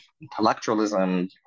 intellectualism